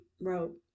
wrote